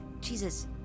Jesus